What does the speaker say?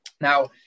Now